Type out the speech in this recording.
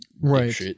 Right